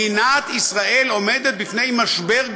מדינת ישראל עומדת בפני משבר גדול,